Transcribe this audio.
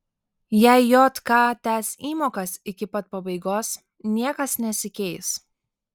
jei jk tęs įmokas iki pat pabaigos niekas nesikeis